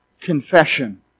confession